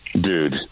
dude